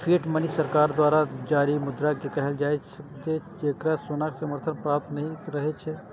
fiat money सरकार द्वारा जारी मुद्रा कें कहल जाइ छै, जेकरा सोनाक समर्थन प्राप्त नहि रहै छै